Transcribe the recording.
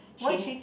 she